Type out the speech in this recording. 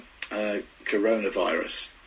coronavirus